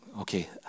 okay